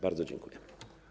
Bardzo dziękuję.